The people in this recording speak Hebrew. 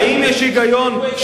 איפה ההיגיון?